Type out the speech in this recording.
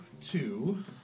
two